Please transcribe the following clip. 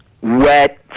wet